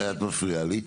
את מפריעה לי.